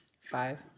Five